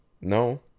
No